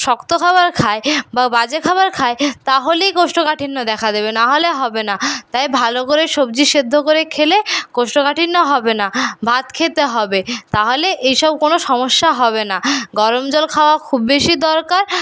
শক্ত খাবার খায় বা বাজে খাবার খায় তাহলেই কোষ্ঠকাঠিন্য দেখা দেবে নাহলে হবে না তাই ভালো করে সবজি সেদ্ধ করে খেলে কোষ্ঠকাঠিন্য হবে না ভাত খেতে হবে তাহলে এইসব কোনো সমস্যা হবে না গরম জল খাওয়া খুব বেশী দরকার